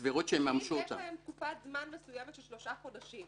לעיקולים יש תקופת זמן מסוימת של שלושה חודשים,